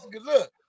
Look